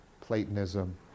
Platonism